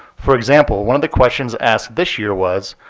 for example, one of the questions asked this year was,